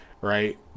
right